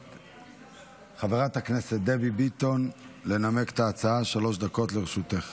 חברת הכנסת דבי ביטון, בבקשה, שלוש דקות לרשותך